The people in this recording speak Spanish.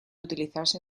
utilizarse